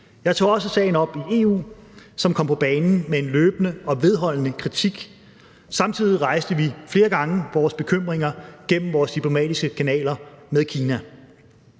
Jeg tog også sagen op i EU, som kom på banen med en løbende og vedholdende kritik. Samtidig rejste vi flere gange vores bekymringer gennem vores diplomatiske kanaler med Kina.